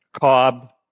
Cobb